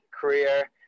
career